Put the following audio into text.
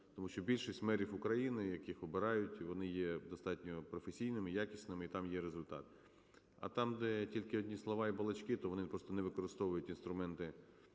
Тому що більшість мерів України, яких обирають, вони є достатньо професійними, якісними і там є результат. А там, де тільки одні слова і балачки, то вони просто не використовують інструменти